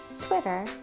Twitter